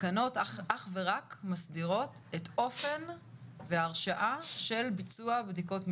התקנות אך ורק מסדירות את אופן וההרשאה של ביצוע בדיקות מהירות.